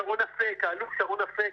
האלוף שרון אפק,